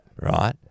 right